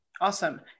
Awesome